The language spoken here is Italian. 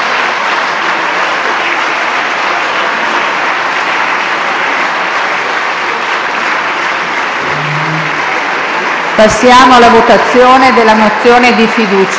Passiamo alla votazione della mozione di fiducia.